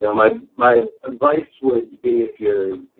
yeah my my advice would be if you're,